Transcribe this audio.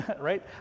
right